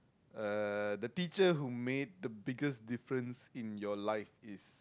uh the teacher who made the biggest difference in your life is